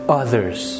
others